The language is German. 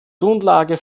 grundlage